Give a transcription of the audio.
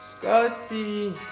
Scotty